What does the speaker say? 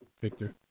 Victor